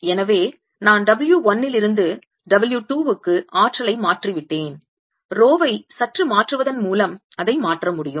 எனவே நான் W 1 இலிருந்து W 2 க்கு ஆற்றலை மாற்றிவிட்டேன் ரோவை சற்று மாற்றுவதன் மூலம் அதை மாற்ற முடியும்